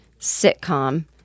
sitcom